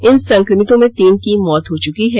इन संक्रमितों में तीन की मौत हो चुकी है